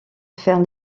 faire